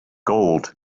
gold